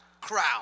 crowd